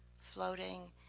floating,